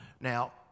Now